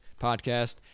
podcast